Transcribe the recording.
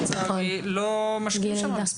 לצערי לא משקיעים שם מספיק.